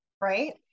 right